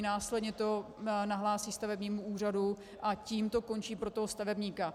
Následně to nahlásí stavebnímu úřadu a tím to končí pro toho stavebníka.